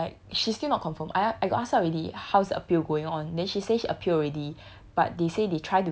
how to say ah like she's still not confirm I I got ask her already how's her appeal going on then she say she appeal already